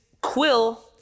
quill